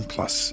Plus